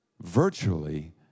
virtually